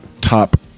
top